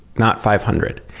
not five hundred,